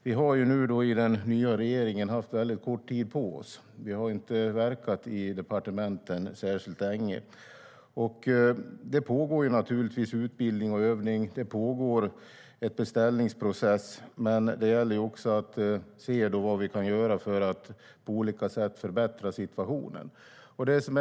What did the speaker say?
Vi har i den nya regeringen haft väldigt kort tid på oss - vi har inte verkat särskilt länge i departementen. Det pågår naturligtvis utbildning och övning, och det pågår en beställningsprocess. Men det gäller också att se vad vi kan göra för att förbättra situationen.